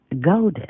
golden